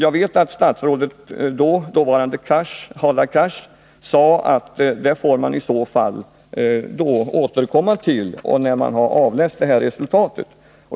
Dåvarande statsrådet Hadar Cars sade att man i så fall fick återkomma till detta när man hade avläst resultatet.